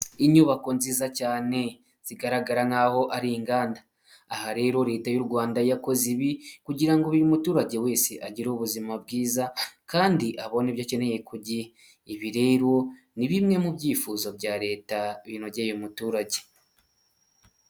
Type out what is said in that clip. Inyubako nziza cyane zigaragara nk'aho ari inganda. Aha rero leta y'u Rwanda yakoze ibi kugira ngo buri muturage wese agire ubuzima bwiza kandi abone ibyo akeneye kugihe, ibi rero ni bimwe mu byifuzo bya leta binogeye umuturage.